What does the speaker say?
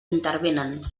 intervenen